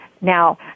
now